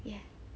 ya